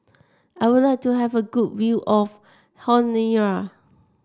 I would like to have a good view of Honiara